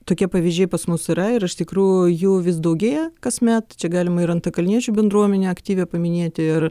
tokie pavyzdžiai pas mus yra ir iš tikrųjų jų vis daugėja kasmet čia galima ir antakalniečių bendruomenę aktyvią paminėti ir